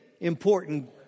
important